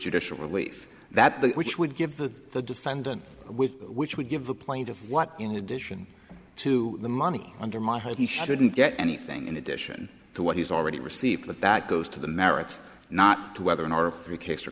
judicial relief that the which would give the defendant with which would give the plaintiff what in addition to the money under my home he shouldn't get anything in addition to what he's already received but that goes to the merits not to whether in our case or